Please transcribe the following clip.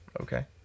okay